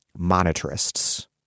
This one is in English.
monetarists